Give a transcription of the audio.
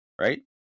right